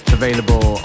available